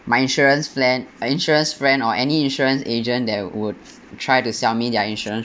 my insurance friend a insurance friend or any insurance agent that would try to sell me their insurance